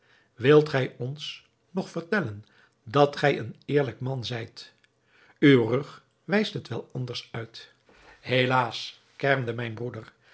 wilt gij ons nog vertellen dat gij een eerlijk man zijt uw rug wijst het wel anders uit helaas kermde mijn broeder